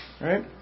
right